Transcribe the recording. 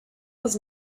was